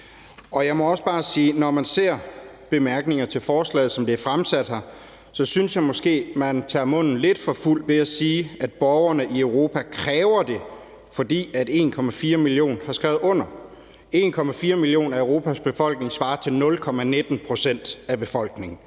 Jeg må også bare sige, at når man ser bemærkningerne til forslaget, som det er fremsat her, synes jeg måske, at man tager munden lidt for fuld ved at sige, at borgerne i Europa kræver det, fordi 1,4 millioner har skrevet under. 1,4 millioner af Europas befolkning svarer til 0,19 pct. af befolkningen.